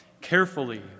carefully